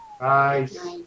Nice